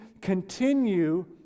continue